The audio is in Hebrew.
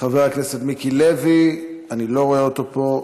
חבר הכנסת מיקי לוי, אני לא רואה אותו פה.